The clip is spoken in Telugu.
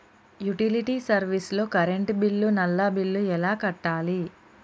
యుటిలిటీ సర్వీస్ లో కరెంట్ బిల్లు, నల్లా బిల్లు ఎలా కట్టాలి?